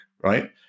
right